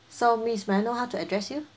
so miss may I know how to address you